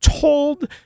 told